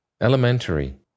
elementary